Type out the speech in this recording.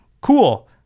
Cool